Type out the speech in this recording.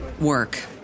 work